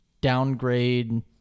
downgrade